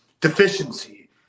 deficiency